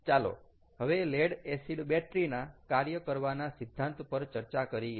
ચાલો હવે lead acid battery ના કાર્ય કરવાના સિદ્ધાંત પર ચર્ચા કરીએ